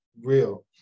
real